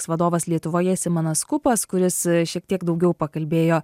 vadovas lietuvoje simonas skupas kuris šiek tiek daugiau pakalbėjo